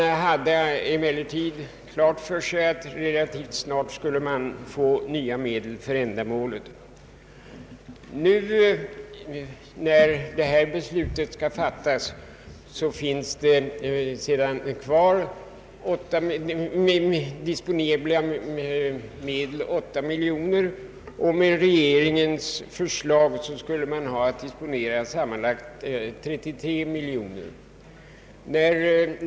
Vi hade emellertid klart för oss att nya medel för ändamålet relativt snart skulle stå till förfogande. När vi nu skall fatta beslut finns kvar 8 miljoner kronor i disponibla medel, och med det av regeringen föreslagna beloppet skulle man disponera sammanlagt 33 miljoner kronor.